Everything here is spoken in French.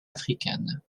africaine